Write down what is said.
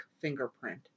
Fingerprint